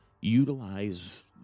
utilize